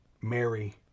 Mary